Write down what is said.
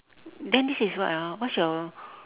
then this is what ah what's your